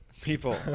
people